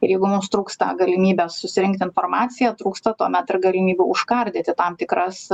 ir jeigu mums trūksta galimybės susirinkti informaciją trūksta tuomet ir galimybių užkardyti tam tikras